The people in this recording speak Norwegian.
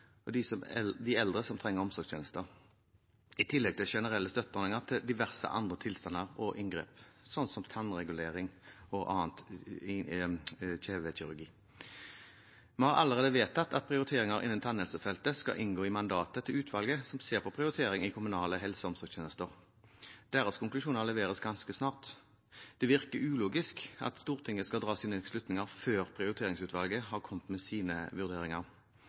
og eldre som trenger omsorgstjenester, i tillegg til generelle støtteordninger til diverse andre tilstander og inngrep, sånn som tannregulering og kjevekirurgi. Vi har allerede vedtatt at prioriteringer innen tannhelsefeltet skal inngå i mandatet til utvalget som ser på prioritering i kommunale helse- og omsorgstjenester. Deres konklusjoner leveres ganske snart. Det virker ulogisk at Stortinget skal dra sine slutninger før prioriteringsutvalget har kommet med sine vurderinger.